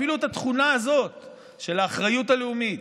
אפילו את התכונה הזאת של האחריות הלאומית,